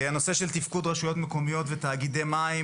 הנושא של תפקוד רשויות מקומיות ותאגידי מים.